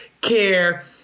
care